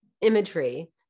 imagery